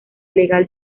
legal